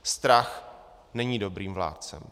Strach není dobrým vládcem.